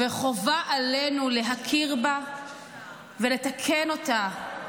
וחובה עלינו להכיר בה ולתקן אותה.